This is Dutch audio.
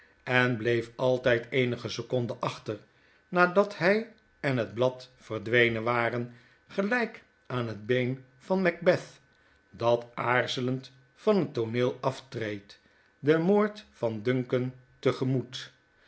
en bleef altyd eenige seconden achter nadat hy en het blad verdwenen waren gelyk aan het been van macbeth dat aarzelend van het tooneel aftreedt den moord van duncan